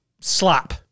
Slap